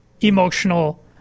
emotional